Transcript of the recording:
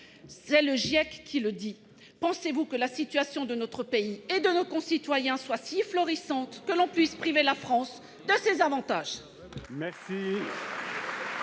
ma chère collègue. Pensez-vous que la situation de notre pays et de nos concitoyens soit si florissante que l'on puisse priver la France de ces avantages ?